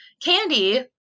candy